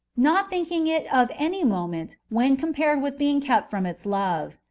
not thinking it of any moment when compared with being kept from its love.